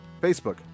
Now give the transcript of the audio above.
Facebook